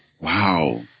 wow